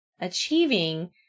achieving